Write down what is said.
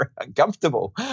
uncomfortable